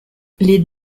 les